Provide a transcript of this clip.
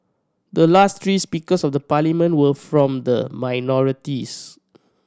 the last three Speakers of the Parliament were from the minorities